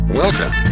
Welcome